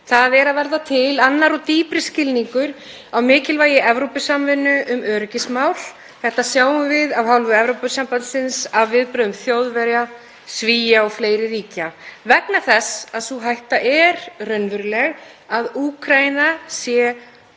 Það er að verða til annar og dýpri skilningur á mikilvægi Evrópusamvinnu um öryggismál. Þetta sjáum við af hálfu Evrópusambandsins, af viðbrögðum Þjóðverja, Svía og fleiri ríkja vegna þess að sú hætta er raunveruleg að Úkraína sé